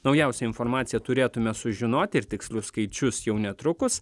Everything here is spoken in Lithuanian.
naujausią informaciją turėtume sužinoti ir tikslius skaičius jau netrukus